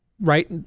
right